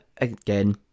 again